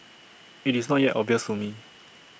IT is not yet obvious to me